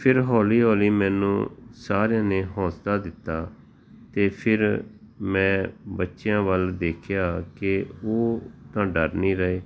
ਫਿਰ ਹੌਲੀ ਹੌਲੀ ਮੈਨੂੰ ਸਾਰਿਆਂ ਨੇ ਹੌਂਸਲਾ ਦਿੱਤਾ ਅਤੇ ਫਿਰ ਮੈਂ ਬੱਚਿਆਂ ਵੱਲ ਦੇਖਿਆ ਕਿ ਉਹ ਤਾਂ ਡਰ ਨਹੀਂ ਰਹੇ